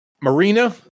Marina